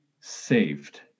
saved